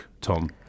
Tom